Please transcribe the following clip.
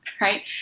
right